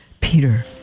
Peter